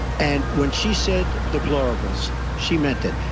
and when she said deplorables, she meant it.